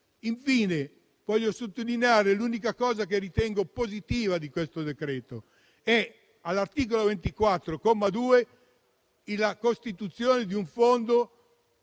Infine, voglio sottolineare l'unica cosa che ritengo positiva di questo decreto-legge: all'articolo 24, comma 2, la costituzione di un fondo